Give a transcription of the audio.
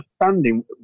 understanding